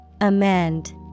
Amend